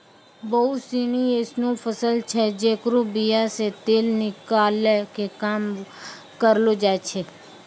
बहुते सिनी एसनो फसल छै जेकरो बीया से तेल निकालै के काम करलो जाय छै